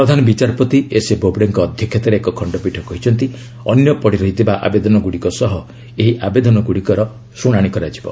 ପ୍ରଧାନ ବିଚାରପତି ଏସ୍ଏ ବୋବଡେଙ୍କ ଅଧ୍ୟକ୍ଷତାରେ ଏକ ଖଣ୍ଡପୀଠ କହିଛନ୍ତି ଅନ୍ୟ ପଡ଼ିରହିଥିବା ଆବଦେନଗୁଡ଼ିକ ସହ ଏହି ଆବେଦନଗୁଡ଼ିକର ଶୁଣାଣି କରାଯିବ